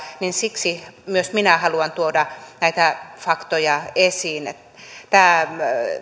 niin siksi myös minä haluan tuoda näitä faktoja esiin